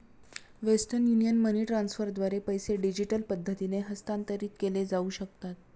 western union money ट्रान्स्फरद्वारे पैसे digital पद्धतीने हस्तांतरित केले जाऊ शकतात